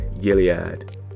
Gilead